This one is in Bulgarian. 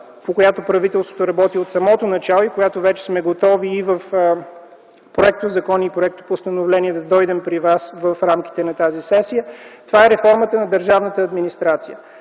по която правителството работи от самото начало и с която вече сме готови и в проектозакон, и с проектопостановление да дойдем при вас в рамките на тази сесия – това е реформата на държавната администрация.